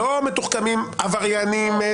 לא מתוחכמים עבריינים.